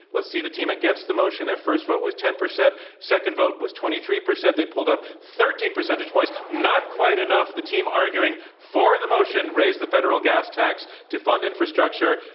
see the team against the motion. their first vote was ten percent. second vote was twenty three percent. they pulled up thirteen percentage points, not quite enough. the team arguing for the motion, raise the federal gas tax to fund infrastructure,